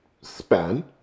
span